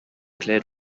tribes